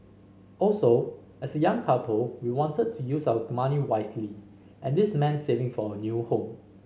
also as a young couple we wanted to use our money wisely and this meant saving for our new home